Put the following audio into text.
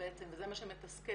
בעצם וזה מה שמתסכל.